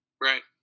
Right